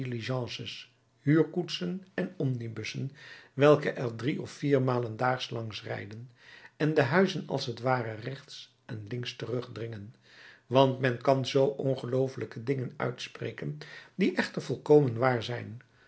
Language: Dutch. diligences huurkoetsen en omnibussen welke er drie of vier malen daags langs rijden en de huizen als t ware rechts en links terugdringen want men kan ongeloofelijke dingen uitspreken die echter volkomen waar zijn